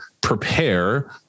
prepare